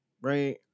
right